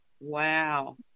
wow